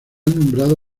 nombrado